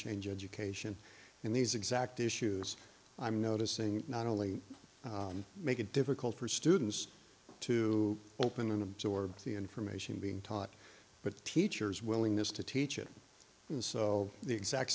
change education in these exact issues i'm noticing not only make it difficult for students to open and absorb the information being taught but the teachers willingness to teach it and so the exact